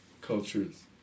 cultures